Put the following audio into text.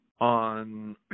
on